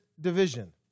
division